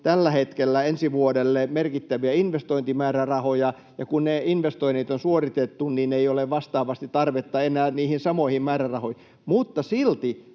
tällä hetkellä ensi vuodelle merkittäviä investointimäärärahoja, ja kun ne investoinnit on suoritettu, ei ole vastaavasti tarvetta enää niihin samoihin määrärahoihin. Mutta silti